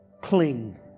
cling